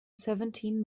seventeen